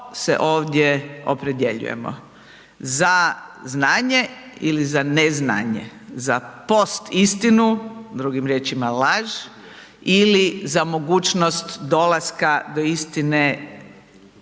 što se ovdje opredjeljujemo, za znanje ili za ne znanje. Za post-istinu, drugim riječima laž ili za mogućnost dolaska do istine